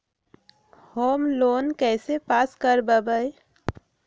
Home loan कैसे pass कर बाबई?